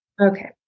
Okay